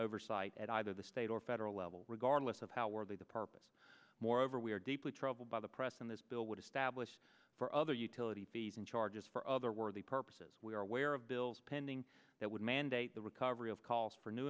oversight at either the state or federal level regardless of how worthy the purpose moreover we are deeply troubled by the press and this bill would establish for other utility fees and charges for other worthy purposes we are aware of bills pending that would mandate the recovery of calls for new